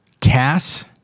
Cass